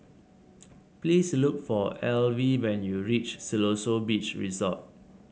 please look for Alvie when you reach Siloso Beach Resort